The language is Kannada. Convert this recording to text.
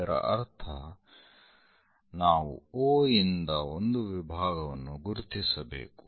ಇದರ ಅರ್ಥ ನಾವು O ಯಿಂದ ಒಂದು ವಿಭಾಗವನ್ನು ಗುರುತಿಸಬೇಕು